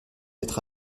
être